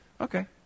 Okay